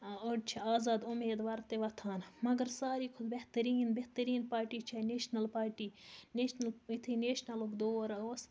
أڑۍ چھِ آزاد اُمیدوار تہِ وۄتھان مگر ساروی کھۄتہٕ بہتریٖن بہتریٖن پارٹی چھےٚ نیشنَل پارٹی نیشنَل یُتھُے نیشنَلُک دور اوس